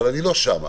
אבל אני לא שם.